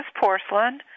porcelain